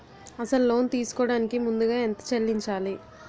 అసలు లోన్ తీసుకోడానికి ముందుగా ఎంత చెల్లించాలి?